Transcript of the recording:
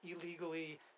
illegally